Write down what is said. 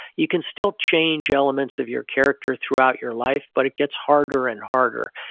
you can still change elements of your character throughout your life, but it gets harder and harder.